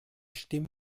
stimme